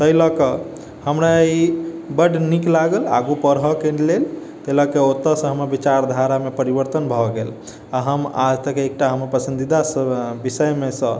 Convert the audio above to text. ताहि लैके हमरा ई बड नीक लागल आगू पढ़ऽके लेल ओतऽसँ हमर विचार धारामे परिवर्तन भए गेल हम आजतक एकटा हमर पसंदीदा विषयमेसँ